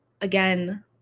again